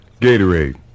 Gatorade